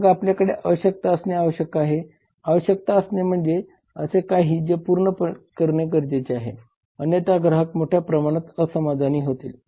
मग आपल्याकडे आवश्यकता असणे आवश्यक आहे आवश्यकता असणे म्हणजे असे काही जे पूर्ण करणे गरजेचे आहे अन्यथा ग्राहक मोठ्या प्रमाणात असमाधानी होतील